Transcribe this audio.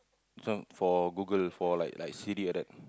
this one for Google for like like Siri like that